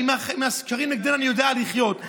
עם השקרים נגדנו אני יודע לחיות,